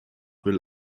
will